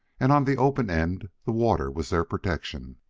and on the open end the water was their protection.